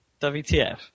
WTF